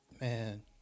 Man